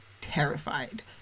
terrified